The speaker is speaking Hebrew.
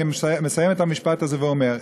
אני מסיים את המשפט הזה ואומר,